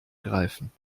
greifen